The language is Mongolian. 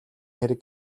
хэрэг